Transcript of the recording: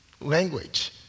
language